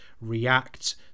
react